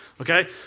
Okay